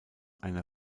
einer